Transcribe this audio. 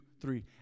three